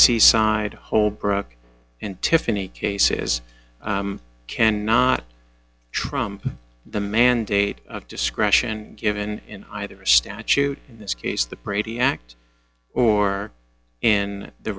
seaside holbrooke and tiffany cases cannot trump the mandate of discretion given in either a statute in this case the brady act or in the